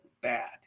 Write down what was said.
bad